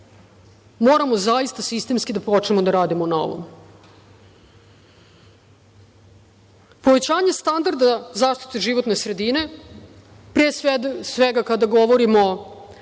Moramo zaista sistemski da počnemo da radimo na ovome. Povećanje standarda životne sredine, pre svega kada govorimo o